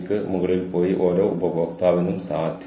എന്റെ മുന്നിൽ ഒരു വലിയ സ്ക്രീൻ ഉണ്ട്